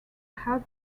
have